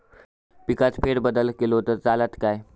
पिकात फेरबदल केलो तर चालत काय?